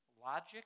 Logic